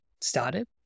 started